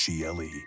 GLE